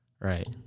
Right